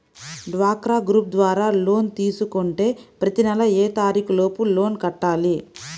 డ్వాక్రా గ్రూప్ ద్వారా లోన్ తీసుకుంటే ప్రతి నెల ఏ తారీకు లోపు లోన్ కట్టాలి?